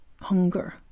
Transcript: hunger